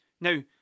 Now